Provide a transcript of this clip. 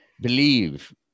believe